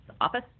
office